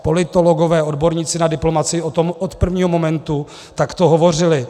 Politologové, odborníci na diplomacii o tom od prvního momentu takto hovořili.